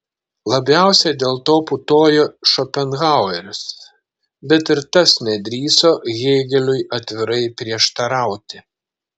labiausiai dėl to putojo šopenhaueris bet ir tas nedrįso hėgeliui atvirai prieštarauti